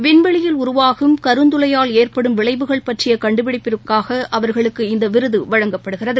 விண்வெளியில் உருவாகும் கருந்துளையால் ஏற்படும் விளைவுகள் பற்றிய கண்டுபிடிப்பிற்காக அவர்களுக்கு இந்த விருது வழங்கப்படுகிறது